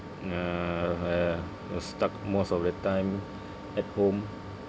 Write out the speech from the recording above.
uh we're stuck most of the time at home